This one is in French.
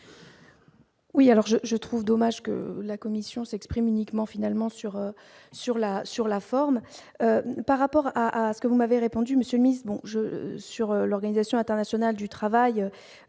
Oui, alors je je trouve dommage que la commission s'exprime uniquement finalement sur sur la sur la forme par rapport à, à ce que vous m'avez répondu monsieur mise, bon je sur l'Organisation internationale du travail